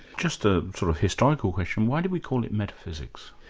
just a sort of historical question why do we call it metaphysics?